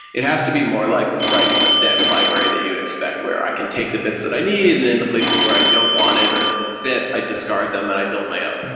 it has to be more like like a standard library that you'd expect, where i can take the bits that i need and in the places where i don't want it or it doesn't fit, i discard them and i build my own.